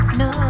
no